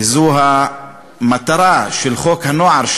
וזו המטרה של חוק הנוער,